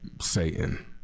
Satan